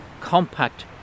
compact